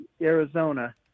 Arizona